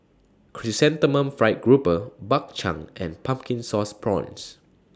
Chrysanthemum Fried Grouper Bak Chang and Pumpkin Sauce Prawns